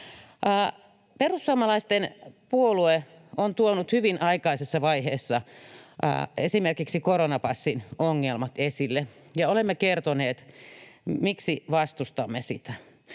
Perussuomalaisten puolue on tuonut hyvin aikaisessa vaiheessa esimerkiksi koronapassin ongelmat esille, ja olemme kertoneet, miksi vastustamme sitä.